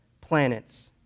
planets